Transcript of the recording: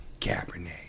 Cabernet